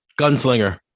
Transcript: Gunslinger